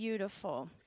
Beautiful